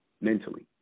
mentally